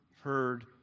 heard